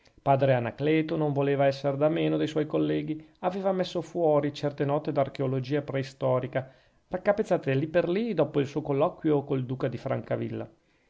padre anacleto non voleva esser da meno de suoi colleghi aveva messo fuori certe note d'archeologia preistorica raccapezzate lì per lì dopo il suo colloquio col duca di francavilla